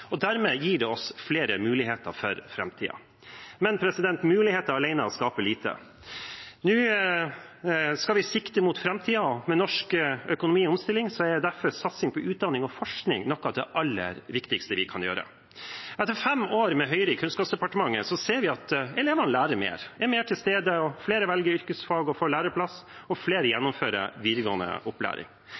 og dermed gir det oss flere muligheter for framtiden. Men muligheter alene skaper lite. Nå skal vi sikte mot framtiden, og med norsk økonomi i omstilling er derfor satsing på utdanning og forskning noe av det aller viktigste vi kan gjøre. Etter fem år med Høyre i Kunnskapsdepartementet ser vi at elevene lærer mer, er mer til stede, flere velger yrkesfag og får læreplass, og flere gjennomfører videregående opplæring.